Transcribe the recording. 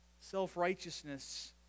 Self-righteousness